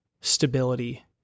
stability